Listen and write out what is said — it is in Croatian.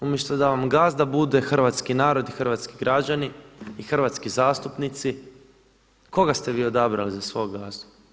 Umjesto da vam gazda bude hrvatski narod i hrvatski građani i hrvatski zastupnici, koga ste vi odabrali za svoga gazdu?